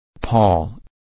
Paul